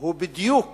הוא בדיוק